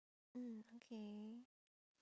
mm okay